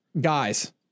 Guys